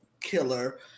killer